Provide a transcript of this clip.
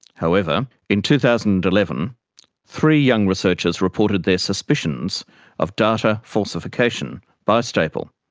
however, in two thousand and eleven three young researchers reported their suspicions of data falsification by stapel.